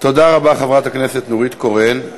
תודה רבה, חברת הכנסת נורית קורן.